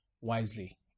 wisely